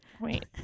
Wait